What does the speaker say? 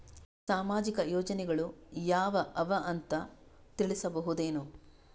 ಸಾಮಾಜಿಕ ಯೋಜನೆಗಳು ಯಾವ ಅವ ಅಂತ ತಿಳಸಬಹುದೇನು?